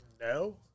No